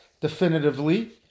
definitively